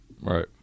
Right